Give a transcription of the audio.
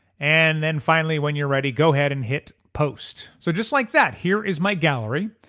and then finally when you're ready, go ahead and hit post. so just like that here is my gallery.